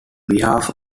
behalf